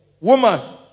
woman